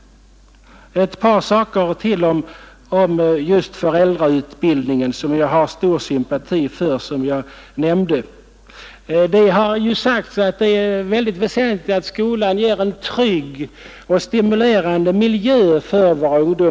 Jag vill nämna ytterligare ett par saker om föräldrautbildningen, som jag har stor sympati för. Det har sagts att det är väsentligt att skolan ger våra ungdomar en trygg och stimulerande miljö.